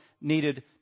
needed